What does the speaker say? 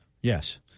yes